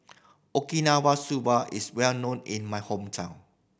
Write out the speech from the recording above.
Okinawa Soba is well known in my hometown